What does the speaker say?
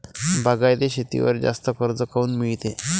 बागायती शेतीवर जास्त कर्ज काऊन मिळते?